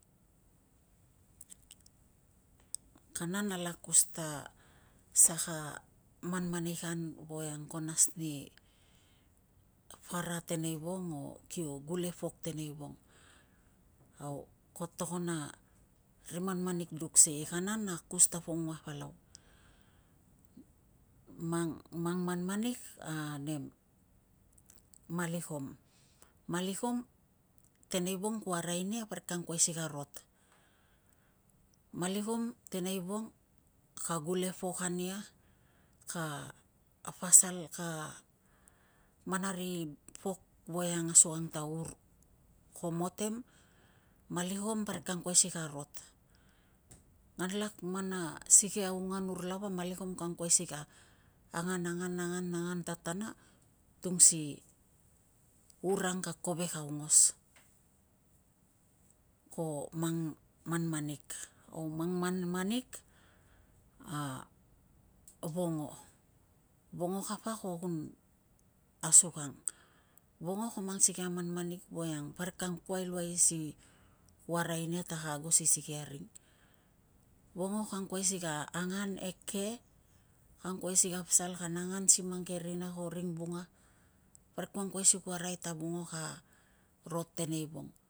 Kana nala akus ta saka manmanik ang voiang ko nas ni para tenei vong o kio gule pok teneivong. Au ko togon a ri manmanik duk sikei kana na akus ta pongua palau. mang manmanik a nem malikom. Malikom teneivong ku arai nia parik ka angkuai si ka rot. Malikom teneivong ka gule pok ania. Ka pasal ka man ari pok voiang asukang ta ur ko motem, malikom parik ka angkuai si ka rot. Nginlak man a sikei a ungan ur lava malikom ka angkuai si ka angan angan angan angan tatana tung si ur ang ki kovek aungos. Ko mang manmanik. Au mang manmanik a vongo. Vongo kapa ko kun asukang. Vongo ko man sikei a manmanik voiang parik ka ang kuai luai si ku arai nia ta ka ago si sikeii a ring. Vongo ka angkuai si ka angan eke, ka angkuai si ka pasal kan angan si mang ke rina ko ring vunga, parik ku angkuai si ku arai ta vongo ka rot teneivong.